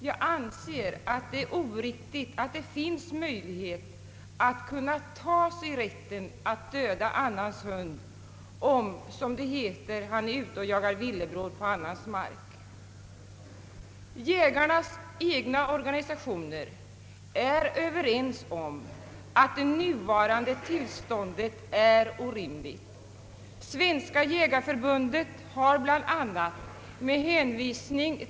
Jag anser att det är oriktigt att det finns möjlighet att ta sig rätten att döda annans hund om — som det heter — han är ute och jagar villebråd på annans mark. Jägarnas egna organisationer är överens om att det nuvarande tillståndet är orimligt. Svenska jägareförbundet har med hänvisning bla.